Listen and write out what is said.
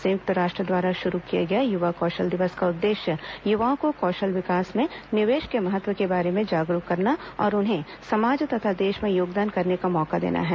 संयुक्त राष्ट्र द्वारा शुरू किए गए युवा कौशल दिवस का उद्देश्य युवाओं को कौशल विकास में निवेश के महत्व के बारे में जागरूक करना और उन्हें समाज तथा देश में योगदान करने का मौका देना है